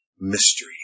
mystery